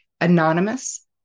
anonymous